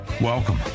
Welcome